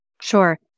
Sure